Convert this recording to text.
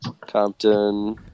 Compton